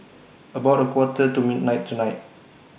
about A Quarter to midnight tonight